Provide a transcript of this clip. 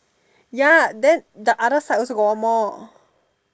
ya then the other side also got one more